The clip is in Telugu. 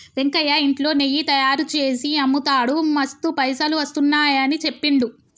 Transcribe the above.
వెంకయ్య ఇంట్లో నెయ్యి తయారుచేసి అమ్ముతాడు మస్తు పైసలు వస్తున్నాయని చెప్పిండు